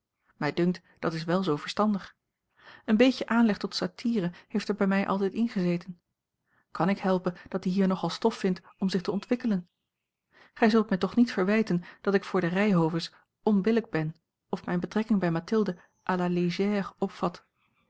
dat is wel zoo verstandig een beetje aanleg tot satire heeft er bij mij altijd ingezeten kan ik helpen dat die hier nogal stof vindt om zich te ontwikkelen gij zult mij toch niet verwijten dat ik voor de ryhoves onbillijk ben of mijne betrekking bij mathilde à la légère opvat